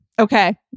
Okay